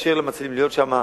ותאפשר למצילים להיות שם.